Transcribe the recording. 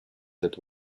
that